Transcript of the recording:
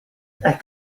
echoed